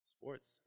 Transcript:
sports